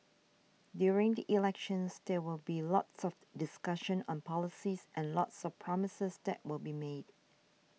during the elections there will be lots of discussion on policies and lots of promises that will be made